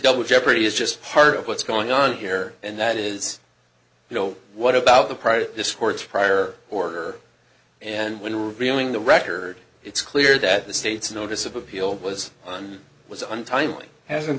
double jeopardy is just part of what's going on here and that is you know what about the prior to this court's prior order and when revealing the record it's clear that the state's notice of appeal was on was untimely has